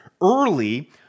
early